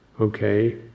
okay